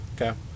Okay